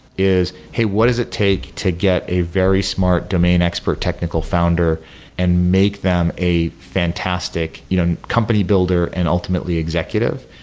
is, hey, what is it take to get a very smart domain expert expert technical founder and make them a fantastic you know company builder and ultimately executive?